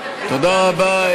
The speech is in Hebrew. תודה רבה,